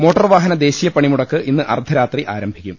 motor വാഹന ദേശീയ പണിമുടക്ക് ഇന്ന് അർദ്ധരാത്രി ആരംഭിക്കും